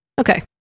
okay